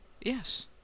yes